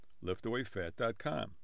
LiftAwayFat.com